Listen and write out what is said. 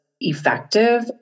effective